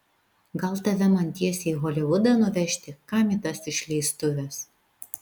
gal tave man tiesiai į holivudą nuvežti kam į tas išleistuves